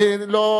לא,